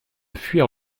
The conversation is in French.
fuir